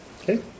Okay